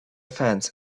fence